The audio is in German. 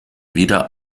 wieder